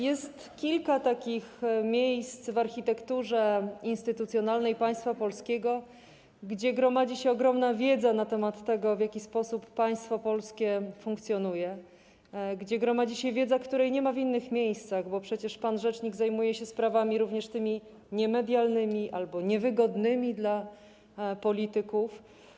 Jest kilka takich miejsc w architekturze instytucjonalnej państwa polskiego, gdzie gromadzi się ogromna wiedza na temat tego, w jaki sposób państwo polskie funkcjonuje, gdzie gromadzi się wiedza, której nie ma w innych miejscach, bo przecież pan rzecznik zajmuje się sprawami również tymi niemedialnymi albo niewygodnymi dla polityków.